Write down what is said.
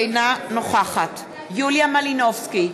אינה נוכחת יוליה מלינובסקי,